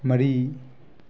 ꯃꯔꯤ